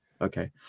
okay